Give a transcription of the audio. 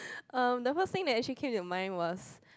um the first think that actually came to mind was